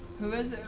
who was?